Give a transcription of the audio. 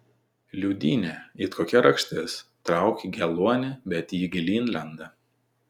liūdynė it kokia rakštis trauki geluonį bet ji gilyn lenda